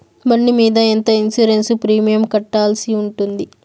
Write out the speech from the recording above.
బండి మీద ఎంత ఇన్సూరెన్సు ప్రీమియం కట్టాల్సి ఉంటుంది?